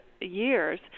years